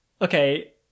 okay